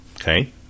okay